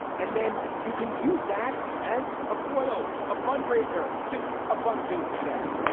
and then you can use that as a foil, a fund raiser, just a fun thing to say.